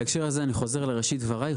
בהקשר הזה אני חוזר לראשית דבריי.